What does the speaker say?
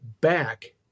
back